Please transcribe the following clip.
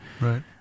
Right